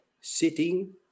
sitting